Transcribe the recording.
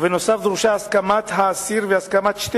ובנוסף דרושה הסכמת האסיר והסכמת שתי